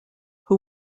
who